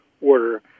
order